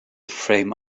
frame